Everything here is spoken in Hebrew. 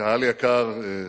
קהל יקר,